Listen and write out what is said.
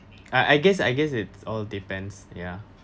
I I guess I guess it's all depends ya